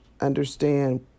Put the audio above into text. understand